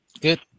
Good